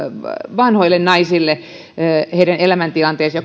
vanhoihin naisiin heidän elämäntilanteeseensa